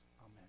Amen